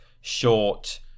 short